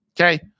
okay